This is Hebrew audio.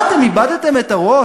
מה, אתם איבדתם את הראש?